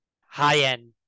high-end